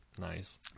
nice